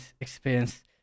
experience